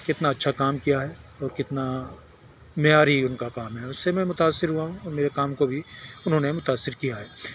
کتنا اچھا کام کیا ہے اور کتنا معیاری ان کا کام ہے اس سے میں متاثر ہوا ہوں اور میرے کام کو بھی انہوں نے متاثر کیا ہے